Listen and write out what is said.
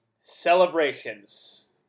celebrations